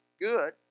good